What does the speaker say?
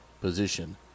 position